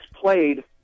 played